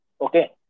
Okay